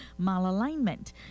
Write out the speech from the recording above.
malalignment